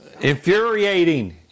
Infuriating